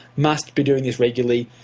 must be doing this regularly.